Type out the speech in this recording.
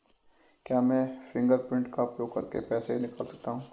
क्या मैं फ़िंगरप्रिंट का उपयोग करके पैसे निकाल सकता हूँ?